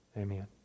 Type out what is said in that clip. Amen